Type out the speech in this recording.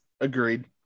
Agreed